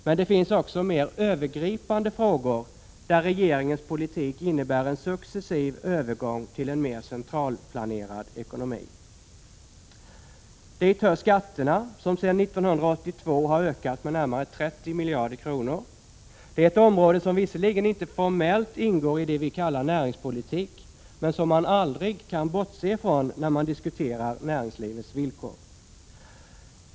Men det finns också mer övergripande frågor där regeringens politik innebär en successiv övergång till en mer centralplanerad ekonomi. Dit hör skatterna som sedan 1982 har ökat med närmare 30 miljarder kronor. Det är ett område som visserligen inte formellt ingår i det vi kallar näringspolitik, men som man aldrig kan bortse ifrån när man diskuterar näringslivets villkor.